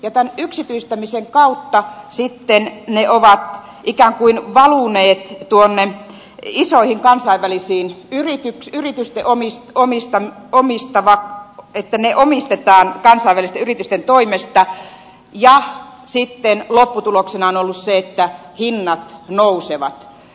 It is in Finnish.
tämän yksityistämisen kautta sitten ne ovat ikään kuin valuneet tuon näin isoihin kansainvälisiin yrityksiin yritysten omista toimistaan niin että ne omistetaan isojen kansainvälisten yritysten toimesta ja sitten lopputuloksena on ollut se että hinnat nousevat